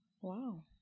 Wow